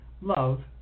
love